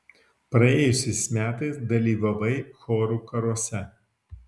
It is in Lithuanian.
praėjusiais metais dalyvavai chorų karuose